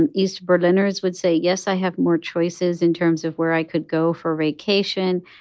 and east berliners would say, yes, i have more choices in terms of where i could go for vacation,